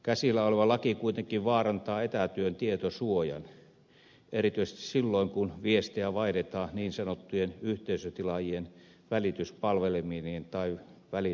käsillä oleva laki kuitenkin vaarantaa etätyön tietosuojan erityisesti silloin kun viestejä vaihdetaan niin sanottujen yhteisötilaajien välityspalvelimien välityksellä